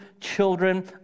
children